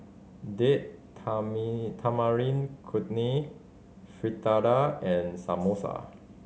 Date Tamarind Chutney Fritada and Samosa